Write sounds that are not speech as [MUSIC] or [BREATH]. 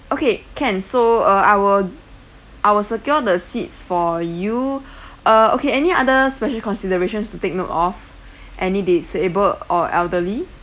okay can so uh I will I will secure the seats for you [BREATH] uh okay any other special considerations to take note of any disable or elderly